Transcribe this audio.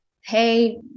Hey